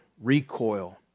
recoil